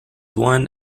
one